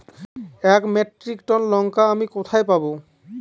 এক metric ton লঙ্কা আমি কোথায় পাবো?